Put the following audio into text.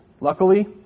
Luckily